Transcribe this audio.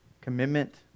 commitment